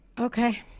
Okay